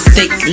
Thick